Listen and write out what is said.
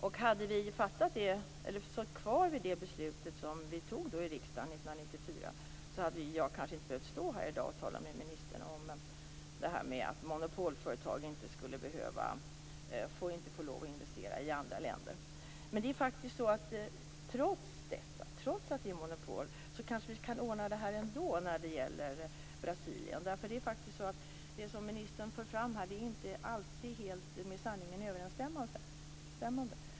Om vi hade stått fast vid det beslut som fattades i riksdagen 1994 hade jag kanske inte behövt stå här i dag och tala med ministern om att monopolföretag inte får lov att investera i andra länder. Men trots att det är ett monopol kanske det går att ordna detta när det gäller Brasilien. Det som ministern för fram här är nämligen inte alltid med sanningen helt överensstämmande.